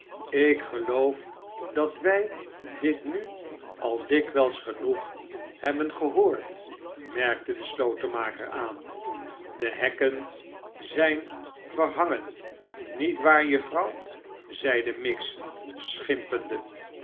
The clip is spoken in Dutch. ik geloof dat wij dit nu al dikwijls genoeg hebben gehoord merkte de slotenmaker aan de hekken zijn verhangen niet waar juffrouw zeide miggs